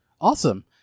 Awesome